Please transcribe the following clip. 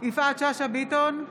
יפעת שאשא ביטון,